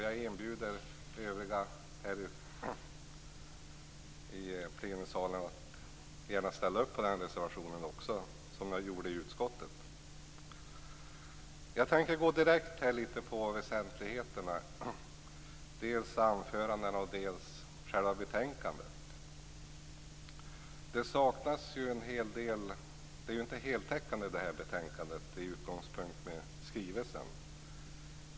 Jag inbjuder övriga här i plenisalen att ställa upp på den reservationen, såsom ni gjorde i utskottet. Jag tänker sedan gå direkt in på väsentligheterna - dels anförandena, dels själva betänkandet. Det saknas ju en hel del. Betänkandet är inte heltäckande i förhållande till skrivelsen.